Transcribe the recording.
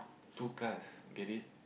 two cars get it